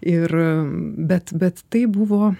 ir bet bet tai buvo